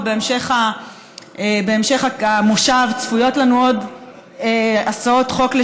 ובהמשך המושב צפויות לנו עוד הצעות חוק: